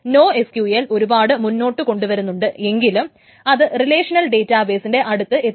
NoSQL നെ ഒരുപാട് മുന്നോട്ട് കൊണ്ടുവരുന്നുണ്ട് എങ്കിലും അത് റിലേഷനൽ ഡേറ്റാ ബേസിന്റെ അടുത്ത് എത്തില്ല